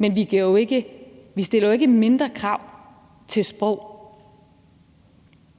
på. Vi stiller jo ikke mindre krav til sprog,